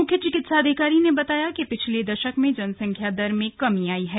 मुख्य चिकित्साधिकारी ने बताया कि पिछले दशक में जनसंख्या दर में कमी आयी है